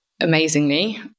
Amazingly